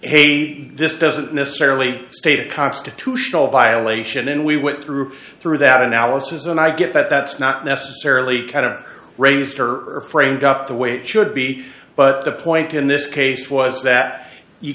hey this doesn't necessarily state a constitutional violation and we went through through that analysis and i get that that's not necessarily kind of raised or framed up the way it should be but the point in this case was that you